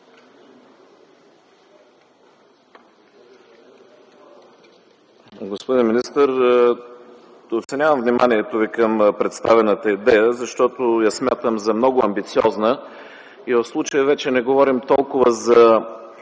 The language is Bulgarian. Господин министър, оценявам вниманието Ви към представената идея, защото я смятам за много амбициозна и в случая вече не говорим толкова за